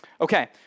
Okay